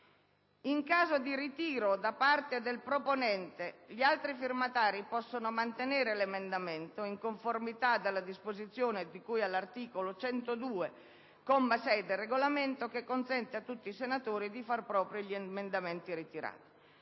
In caso di ritiro da parte del proponente, gli altri firmatari possono mantenere l'emendamento, in conformità della disposizione di cui all'articolo 102, comma 6, del Regolamento, che consente a tutti i senatori di far propri gli emendamenti ritirati.